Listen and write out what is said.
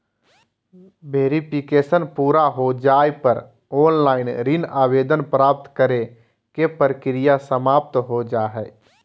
verification पूरा हो जाय पर ऑनलाइन ऋण आवेदन प्राप्त करे के प्रक्रिया समाप्त हो जा हय